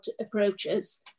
approaches